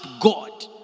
God